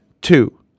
two